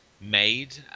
made